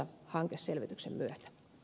arvoisa puhemies